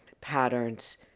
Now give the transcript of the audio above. patterns